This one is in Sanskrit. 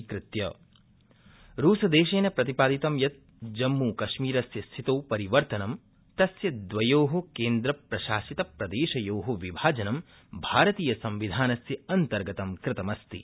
रूसदेश जम्मूकश्मीर रूसदेशेन प्रतिपादित यत् जम्मूकश्मीरस्य स्थितो परिवर्तनं तस्य द्वयो केन्द्रप्रशासितप्रदेशयो विभाजनं भारतीयसंविधानस्य अन्तर्गतं कृतमस्ति